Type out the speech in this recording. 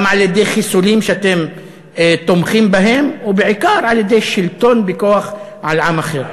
גם על-ידי חיסולים שאתם תומכים בהם ובעיקר על-ידי שלטון בכוח על עם אחר.